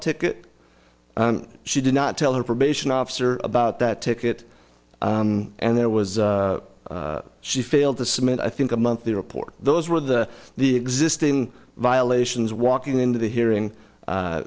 ticket she did not tell her probation officer about that ticket and there was she failed to submit i think a monthly report those were the the existing violations walking into the hearing